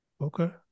Okay